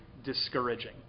Discouraging